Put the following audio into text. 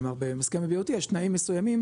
כלומר בהסכם ה-BOT יש תנאים מסוימים